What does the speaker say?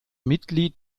mitglied